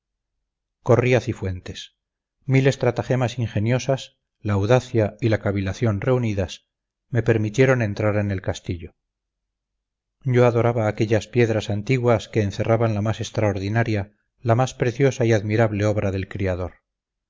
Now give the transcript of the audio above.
mismo corrí a cifuentes mil estratagemas ingeniosas la audacia y la cavilación reunidas me permitieron entrar en el castillo yo adoraba aquellas piedras antiguas que encerraban la más extraordinaria la más preciosa y admirable obra del criador